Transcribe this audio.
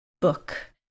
book